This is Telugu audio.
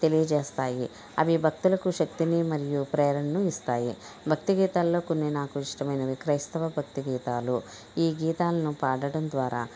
తెలియజేస్తాయి అవి భక్తులకు శక్తిని మరియు ప్రేరణను ఇస్తాయి భక్తి గీతాల్లో కొన్ని నాకు ఇష్టమైనవి క్రైస్తవ భక్తి గీతాలు ఈ గీతాలను పాడటం ద్వారా